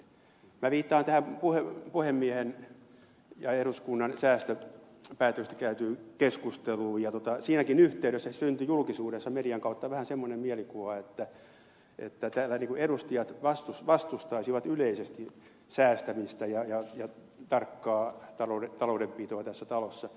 minä viittaan tähän puhemiehen taholta tapahtuneeseen ja eduskunnan säästöpäätöksestä käytyyn keskusteluun ja siinäkin yhteydessä syntyi julkisuudessa median kautta vähän semmoinen mielikuva että täällä edustajat vastustaisivat yleisesti säästämistä ja tarkkaa taloudenpitoa tässä talossa